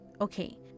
Okay